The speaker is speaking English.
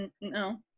No